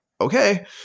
okay